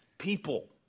people